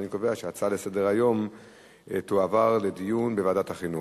אני קובע שההצעה לסדר-היום תועבר לדיון בוועדת החינוך.